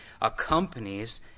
accompanies